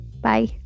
bye